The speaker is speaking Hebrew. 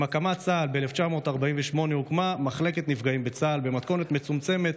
עם הקמת צה"ל ב-1948 הוקמה מחלקת נפגעים בצה"ל במתכונת מצומצמת.